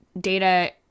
data